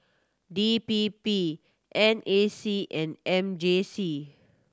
D P P N A C and M J C